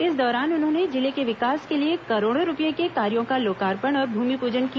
इस दौरान उन्होंने जिले के विकास के लिए करोड़ों रूपये के कार्यों का लोकार्पण और भूमिपूजन किया